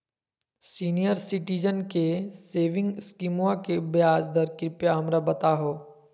senior citizen के saving स्कीमवा के ब्याज दर कृपया हमरा बताहो